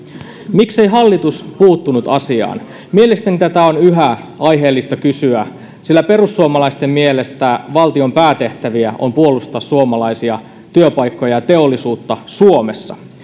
miksei hallitus puuttunut asiaan mielestäni tätä on yhä aiheellista kysyä sillä perussuomalaisten mielestä valtion päätehtäviä on puolustaa suomalaisia työpaikkoja ja teollisuutta suomessa